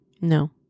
no